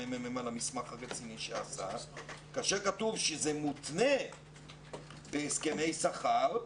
המחקר והמידע על המסמך הזה שזה מותנה בהסכמי שכר,